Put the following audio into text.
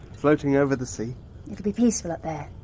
floating over the sea. it'll be peaceful up there,